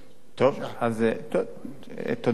טוב, תודה רבה.